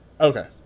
Okay